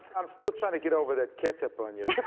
i'm still trying to get over the ketchup. ah and yeah